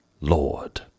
Lord